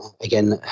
Again